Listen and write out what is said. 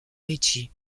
ricci